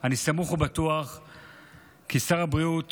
בתוך חייהן